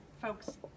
folks